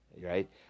Right